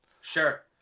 sure